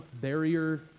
barrier